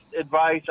advice